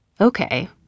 Okay